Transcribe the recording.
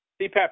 CPAP